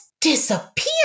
Disappear